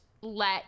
let